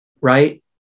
right